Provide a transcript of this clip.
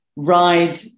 ride